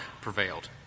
prevailed